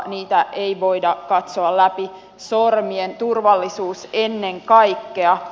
niitä ei voida katsoa läpi sormien turvallisuus ennen kaikkea